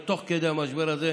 או תוך כדי המשבר הזה,